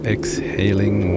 Exhaling